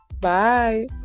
Bye